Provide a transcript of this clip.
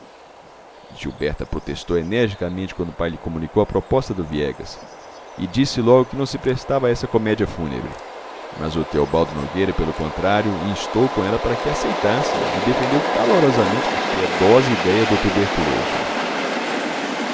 gilberta protestou energicamente quando o pai lhe comunicou a proposta do viegas e disse logo que não se prestava a esta comédia fúnebre mas o teobaldo nogueira pelo contrário instou com ela para que aceitasse e defendeu calorosamente a piedosa idéia do tuberculoso